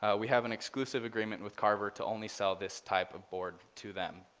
ah we have an exclusive agreement with carver to only sell this type of board to them.